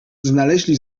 znaleźli